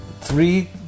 Three